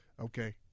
Okay